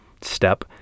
step